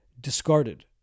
discarded